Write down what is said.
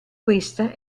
questa